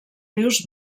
rius